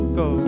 go